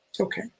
Okay